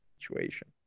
situation